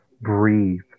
breathe